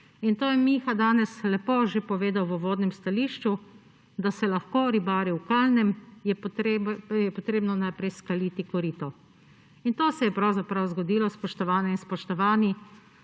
Miha je danes lepo povedal že v uvodnem stališču – da se lahko ribari v kalnem, je potrebno najprej skaliti korito. To se je pravzaprav zgodilo, spoštovane in spoštovani,